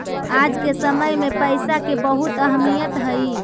आज के समय में पईसा के बहुत अहमीयत हई